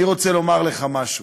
אני רוצה לומר לך משהו,